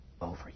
over